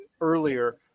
earlier